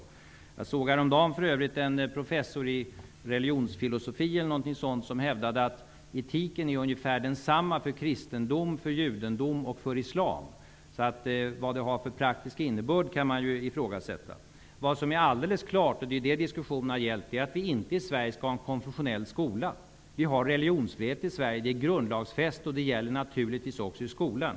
För övrigt såg jag häromdagen en professor i,tror jag, religionsfilosofi, som hävdade att etiken ungefär är densamma för kristendom, judendom och islam. Vad det har för praktisk innebörd kan man ifrågasätta. Vad som är alldeles klart -- och det är vad diskussionen har gällt -- är att vi i Sverige inte skall ha en konfessionell skola. Vi har religionsfrihet i Sverige. Den är grundlagsfäst och gäller naturligtvis också i skolan.